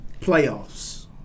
Playoffs